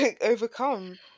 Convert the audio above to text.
overcome